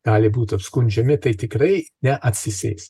gali būt apskundžiami tai tikrai neatsisės